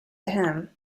him